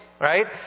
Right